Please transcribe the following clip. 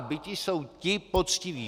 Biti jsou ti poctiví.